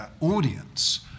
audience